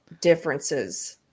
differences